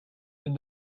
and